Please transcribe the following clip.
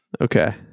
Okay